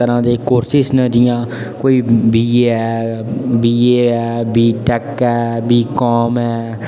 course जि'यां कोई B A ऐ बी ए ऐ बी टैक ऐ बी काम ऐ